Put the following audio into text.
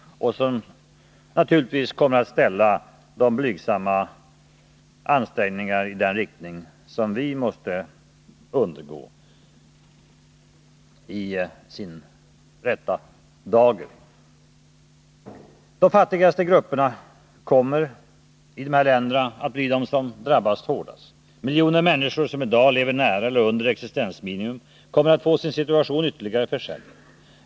De blygsamma ansträngningar i den riktningen som vi måste undergå ställs därmed i sin rätta dager. De fattigaste grupperna i u-länderna kommer att drabbas hårdast. Miljoner människor, som i dag lever nära eller under existensminimum, kommer att få sin situation ytterligare försämrad.